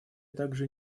также